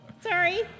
Sorry